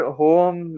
home